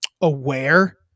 aware